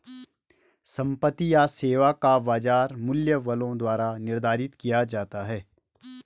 संपत्ति या सेवा का बाजार मूल्य बलों द्वारा निर्धारित किया जाता है